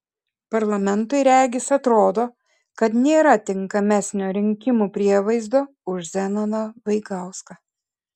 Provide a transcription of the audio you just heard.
parlamentui regis atrodo kad nėra tinkamesnio rinkimų prievaizdo už zenoną vaigauską